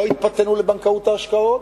לא התפתינו לבנקאות ההשקעות,